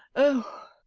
oh,